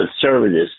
conservatives